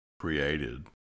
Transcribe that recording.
created